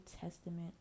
Testament